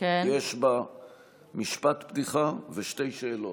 יש בה משפט פתיחה ושתי שאלות,